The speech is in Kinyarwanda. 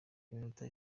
iminota